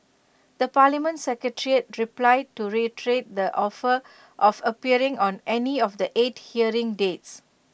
the parliament secretariat replied to reiterate the offer of appearing on any of the eight hearing dates